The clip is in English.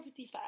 455